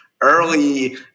early